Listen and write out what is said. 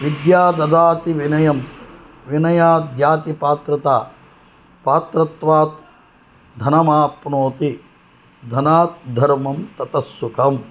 विद्या ददाति विनयं विनयात् याति पात्रतां पात्रत्वात् धनम् आप्नोति धनात् धर्मं ततः सुखं